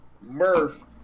Murph